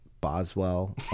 Boswell